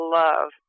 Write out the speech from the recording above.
love